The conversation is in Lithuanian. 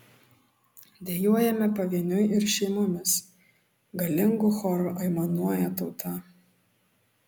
dejuojame pavieniui ir šeimomis galingu choru aimanuoja tauta